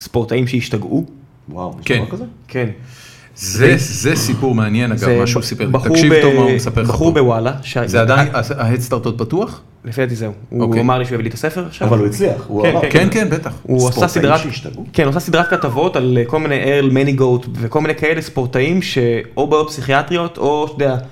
‫ספורטאים שהשתגעו. ‫-וואו, יש דבר כזה? ‫-כן, כן. ‫זה סיפור מעניין, אגב, ‫מה שהוא סיפר. תקשיב טוב מה ‫הוא מספר לך פה. ‫בחור בוואלה. ‫זה עדיין, ההד סטארט עוד פתוח? ‫לפי דעתי זהו. ‫הוא אמר לי שהוא יביא לי את הספר עכשיו. ‫אבל הוא הצליח. הוא עבר. כן, כן, בטח. ‫ספורטאים שהשתגעו? ‫כן, הוא עושה סדרת כתבות ‫על כל מיני ארל מניגוט, ‫וכל מיני כאלה ספורטאים ‫שאו בעיות פסיכיאטריות או...